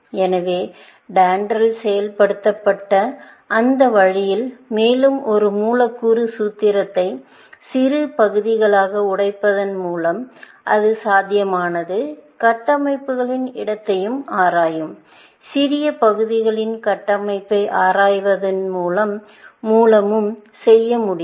எனவே DENDRAL செயல்படுத்தப்பட்ட அந்த வழியில் மேலும் ஒரு மூலக்கூறு சூத்திரத்தை சிறு பகுதிகளாக உடைப்பதன் மூலம் இது சாத்தியமான கட்டமைப்புகளின் இடத்தை ஆராயும் சிறிய பகுதிகளின் கட்டமைப்பை ஆராய்வதன் மூலமும் செய்ய முடியும்